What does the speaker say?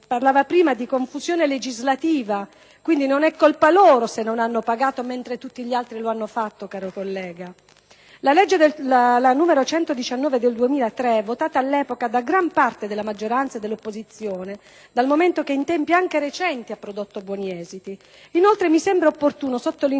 parlava prima di confusione legislativa: quindi, non è colpa loro, se non hanno pagato, mentre tutti gli altri l'hanno fatto, caro collega): mi riferisco alla legge n. 119 del 2003, votata all'epoca da gran parte della maggioranza e dell'opposizione, dal momento che in tempi anche recenti ha prodotto buoni esiti. Inoltre, mi sembra opportuno sottolineare